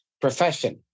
profession